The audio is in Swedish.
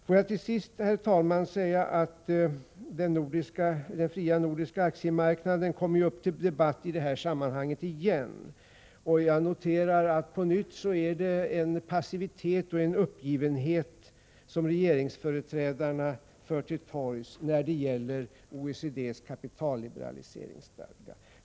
Får jag till sist, herr talman, säga att frågan om den fria nordiska aktiemarknaden ju kom upp till debatt i detta sammanhang igen. Jag noterar att på nytt är det en passivitet och en uppgivenhet som regeringens företrädare uppvisar när det gäller OECD:s kapitalliberaliseringsstadga.